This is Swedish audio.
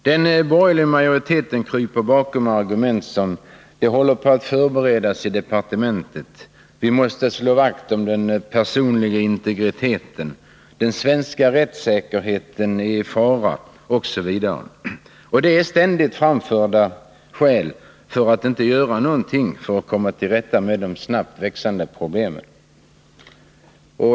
Den borgerliga majoriteten kryper bakom argument som: ”Det håller på och förbereds i departementet”, ”Vi måste slå vakt om den personliga integriteten”, ”Den svenska rättssäkerheten är i fara” osv. Det är ständigt framförda skäl för att inte göra någonting för att komma till rätta med de snabbt växande problemen.